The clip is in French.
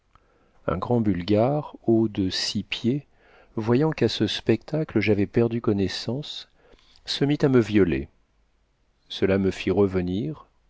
un grand bulgare haut de six pieds voyant qu'à ce spectacle j'avais perdu connaissance se mit à me violer cela me fit revenir